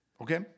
Okay